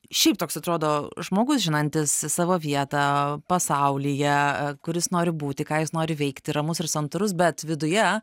šiaip toks atrodo žmogus žinantis savo vietą pasaulyje kuris nori būti ką jis nori veikti ramus ir santūrus bet viduje